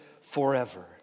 forever